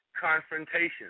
confrontation